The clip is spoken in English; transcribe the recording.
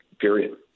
period